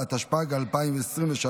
התשפ"ג 2023,